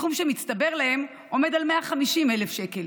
הסכום שמצטבר להם עומד על 150,000 שקל.